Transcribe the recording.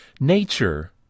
Nature